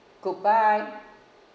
goodbye